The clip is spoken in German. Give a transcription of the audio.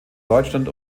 deutschland